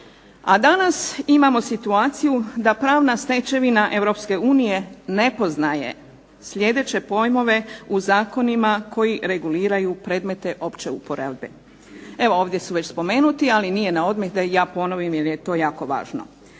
A danas imamo situaciju da pravna stečevina Europske unije ne poznaje sljedeće pojmove u zakonima koji reguliraju predmete opće uporabe. Evo ovdje su već spomenuti, ali nije na odmet da ih ja ponovim, jer je to jako važno.